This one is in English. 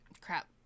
Crap